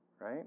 right